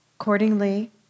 Accordingly